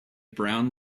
brown